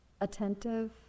attentive